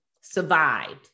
survived